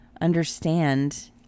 understand